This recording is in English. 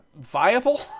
viable